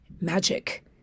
magic